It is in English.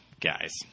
guys